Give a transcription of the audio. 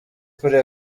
kuri